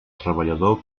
treballador